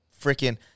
freaking